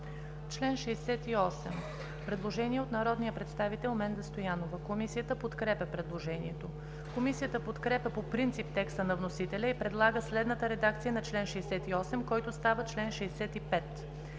69 има предложение от народния представители Менда Стоянова. Комисията подкрепя предложението. Комисията подкрепя по принцип текста на вносителя и предлага следната редакция на чл. 69, който става чл. 66: